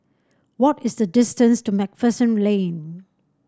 what is the distance to MacPherson Lane